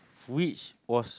which was